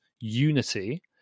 Unity